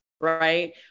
right